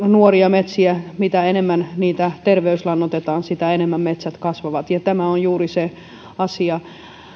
nuoria metsiä ja mitä enemmän niitä terveyslannoitetaan sitä enemmän metsät kasvavat tämä on juuri se asia